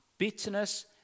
bitterness